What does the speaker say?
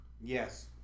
yes